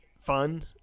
fun